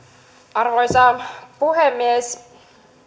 arvoisa puhemies